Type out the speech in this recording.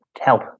help